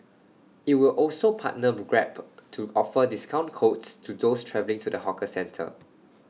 IT will also partner grab to offer discount codes to those travelling to the hawker centre